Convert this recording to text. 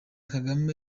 kagame